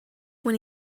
when